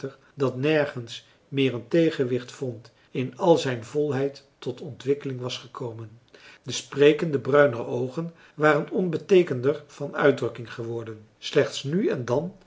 dat nergens meer een tegenwicht vond in al zijn volheid tot ontwikkeling was gekomen de sprekende bruine oogen waren onbeteekenender van uitdrukking geworden slechts nu en dan